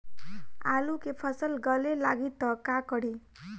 आलू के फ़सल गले लागी त का करी?